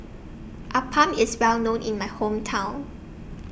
Appam IS Well known in My Hometown